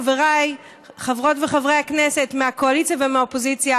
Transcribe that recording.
חבריי חברות וחברי הכנסת מהקואליציה ומהאופוזיציה,